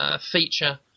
feature